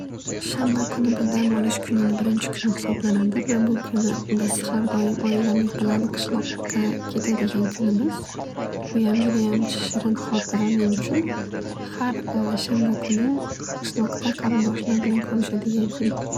Shanba kuni bu dam olish kunini birinchi kuni hisoblanadi. Va bu kuni biz har doim oilamiz bilan qishloqqa ketadigan kunimiz. Buyam judayam shirin xotira men uchun. Har shanba kuni qishloqda qarindoshlar bilan ko'rishadigan kun.